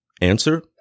Answer